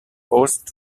forced